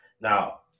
Now